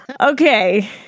Okay